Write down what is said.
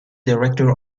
director